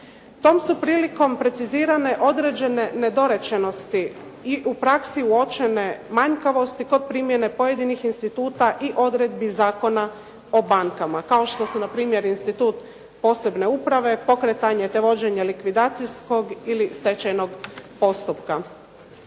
Tom su prilikom precizirane određene nedorečenosti i u praksi uočene manjkavosti kod primjene pojedinih instituta i odredbi Zakona o bankama kao što su na primjer institut posebne uprave, pokretanje, te vođenje likvidacijskog ili stečajnog postupka.